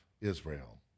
Israel